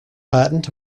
patent